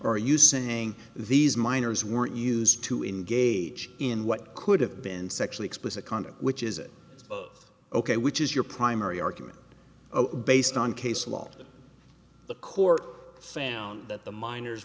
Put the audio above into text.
are you saying these miners weren't used to engage in what could have been sexually explicit conduct which is it ok which is your primary argument based on case law the court found that the miners